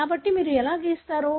కాబట్టి మీరు ఎలా గీస్తారు